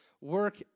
work